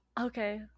Okay